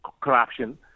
corruption